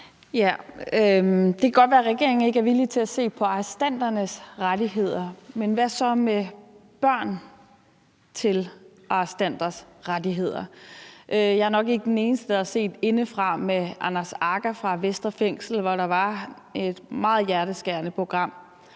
Det kan godt være, at regeringen ikke er villig til at se på arrestanternes rettigheder, men hvad så med børn af arrestanter og deres rettigheder? Jeg er nok ikke den eneste, der har set »Indefra med Anders Agger« fra Vestre Fængsel, hvor der var et meget hjerteskærende program